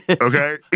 Okay